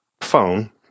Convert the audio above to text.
phone